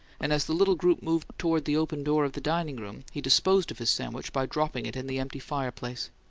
and as the little group moved toward the open door of the dining-room he disposed of his sandwich by dropping it in the empty fireplace.